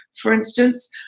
for instance,